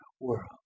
world